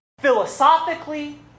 philosophically